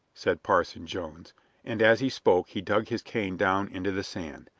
said parson jones and as he spoke he dug his cane down into the sand.